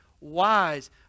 wise